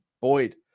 Boyd